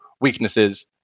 weaknesses